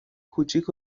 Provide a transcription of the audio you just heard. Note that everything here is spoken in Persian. کوچیک